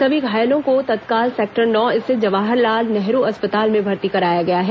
सभी घायलों को तत्काल सेक्टर नौ स्थित जवाहरलाल नेहरू अस्पताल में भर्ती कराया गया है